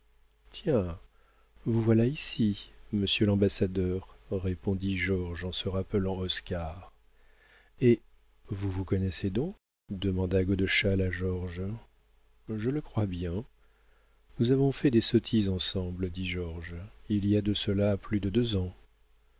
tiens vous voilà ici monsieur l'ambassadeur répondit georges en se rappelant oscar eh vous vous connaissez donc demanda godeschal à georges je le crois bien nous avons fait des sottises ensemble dit georges il y a de cela plus de deux ans